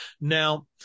Now